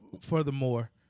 furthermore